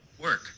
Work